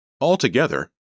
Altogether